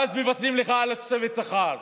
ואז מבטלים לך את תוספת השכר.